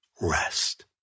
rest